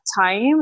time